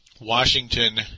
Washington